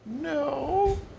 No